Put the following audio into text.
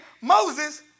Moses